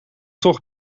toch